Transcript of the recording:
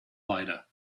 later